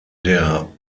der